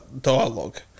dialogue